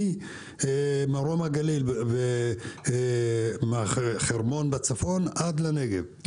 ממרום הגליל וחרמון בצפון עד לנגב,